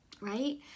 right